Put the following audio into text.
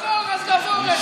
הכול רזגבורה.